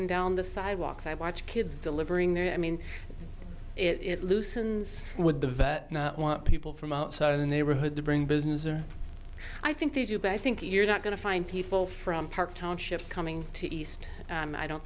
and down the sidewalks i watch kids delivering their i mean it loosens what the vet want people from outside the neighborhood to bring business or i think they do but i think you're not going to find people from park township coming to east i don't